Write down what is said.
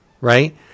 right